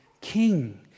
king